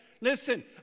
Listen